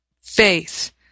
faith